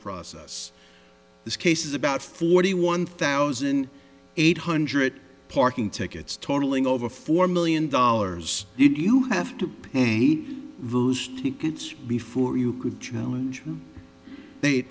process this case is about forty one thousand eight hundred parking tickets totaling over four million dollars did you have to pay those tickets before you could challenge they